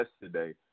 yesterday